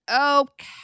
Okay